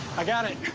i got it.